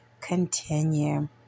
continue